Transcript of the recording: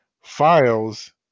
files